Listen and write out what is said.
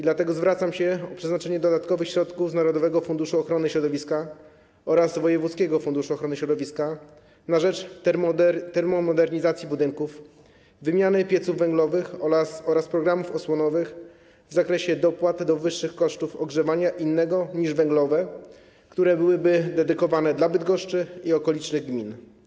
Dlatego zwracam się o przeznaczenie dodatkowych środków z narodowego funduszu ochrony środowiska oraz wojewódzkiego funduszu ochrony środowiska na rzecz termomodernizacji budynków, wymiany pieców węglowych oraz programów osłonowych w zakresie dopłat do wyższych kosztów ogrzewania innego niż węglowe, które byłyby dedykowane dla Bydgoszczy i okolicznych gmin.